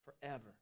forever